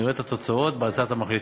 נראה את התוצאות בהצעת המחליטים.